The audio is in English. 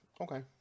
Okay